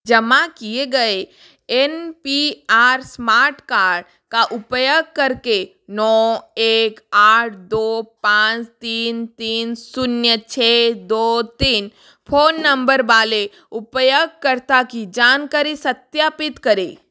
जमा किए गए N P R smart card का उपयोग कर के नौ एक आठ दो पाँच तीन तीन शून्य छः दो तीन फोन नंबर वाले उपयोगकर्ता की जानकारी सत्यापित करें